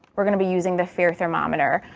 we're going to be using the fear thermometer.